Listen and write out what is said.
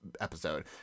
episode